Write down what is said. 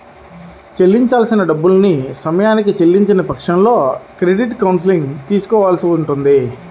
చెల్లించాల్సిన డబ్బుల్ని సమయానికి చెల్లించని పక్షంలో క్రెడిట్ కౌన్సిలింగ్ తీసుకోవాల్సి ఉంటది